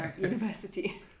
University